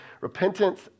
Repentance